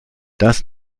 das